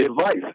advice